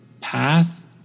path